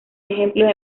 ejemplos